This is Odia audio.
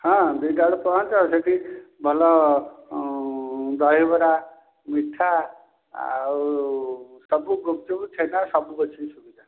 ହଁ ଦୁଇଟା ବେଳେ ପହଞ୍ଚ ସେଇଠି ଭଲ ଦହିବରା ମିଠା ଆଉ ସବୁ ଗୁପଚୁପ୍ ଛେନା ସବୁ ଅଛି ସୁବିଧା